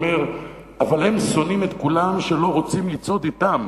הוא אומר: "אבל הם שונאים את כולם שלא רוצים לצעוד אתם.